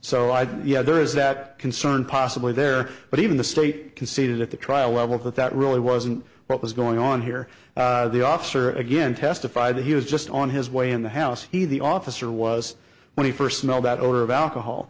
so i yeah there is that concern possibly there but even the state conceded at the trial level that that really wasn't what was going on here the officer again testified that he was just on his way in the house he the officer was when he first know that odor of alcohol